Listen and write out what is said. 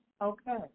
okay